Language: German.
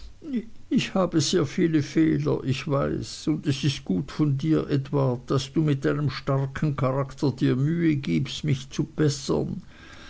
ich habe sehr viele fehler ich weiß und es ist sehr gut von dir edward daß du mit deinem starken charakter dir mühe gibst mich zu bessern